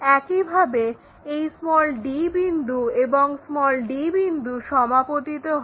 একইভাবে এই d বিন্দু এবং এই d বিন্দু সমাপতিত হয়